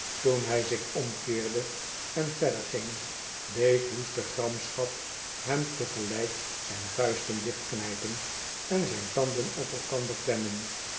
toen hij zich omkeerde en verder ging deed woeste gramschap hem tegelijk zijn vuisten dichtknijpen en zijn tanden op elkander klemmen